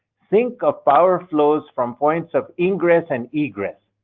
think of power flows from points of ingress and egress,